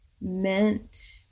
meant